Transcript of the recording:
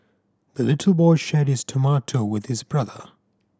the little boy shared his tomato with his brother